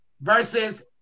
versus